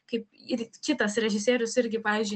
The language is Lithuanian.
kaip ir kitas režisierius irgi pavyzdžiui